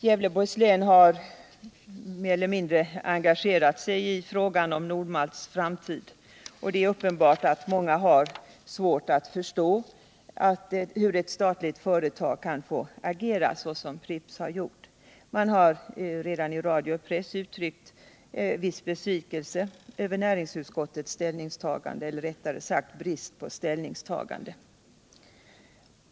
Gävleborgs län har mer eller mindre engagerat sig i frågan om Nord-Malts framtid, och det är uppenbart att många har svårt att förstå hur ett statligt företag kan få agera så som Pripps har gjort. Man har redan i radio och press uttryckt viss besvikelse över näringsutskottets ställningstagande, eller rättare sagt brist på ställningstagande.